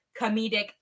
comedic